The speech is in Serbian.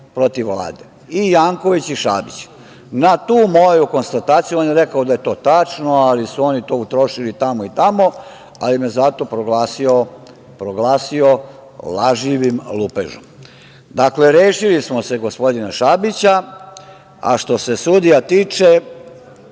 protiv Vlade i Janković i Šabić. Na tu moju konstataciju, on je rekao da je to tačno, ali su oni to utrošili tamo i tamo, ali me zato proglasio lažljivim lupežom. Dakle, rešili smo se gospodina Šabića. Što je sudija tiče,